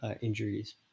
injuries